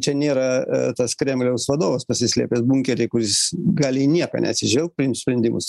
čia nėra tas kremliaus vadovas pasislėpęs bunkeryje kuris gali į nieką neatsižvelgt priimt sprendimus